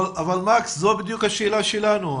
מקס, ז בדיוק השאלה שלנו.